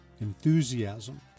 enthusiasm